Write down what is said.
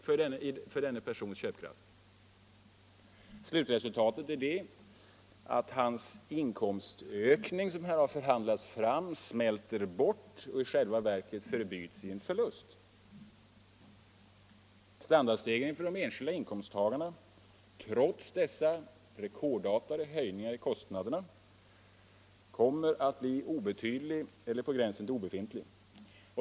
från denne persons köpkraft. Slutresultatet är att hans inkomstökning, som förhandlats fram, smälter bort och förbyts i en förlust. Standardstegringen för de enskilda inkomsttagarna kommer trots dessa rekordartade höjningar av kostnaderna att bli obetydlig eller på gränsen till obefintlig.